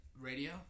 Radio